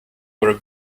were